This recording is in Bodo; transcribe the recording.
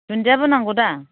दुन्दियाबो नांगौदा